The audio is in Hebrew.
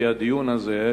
על-פי הדיון הזה,